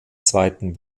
zweiten